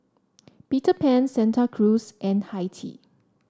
Peter Pan Santa Cruz and Hi Tea